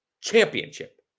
championship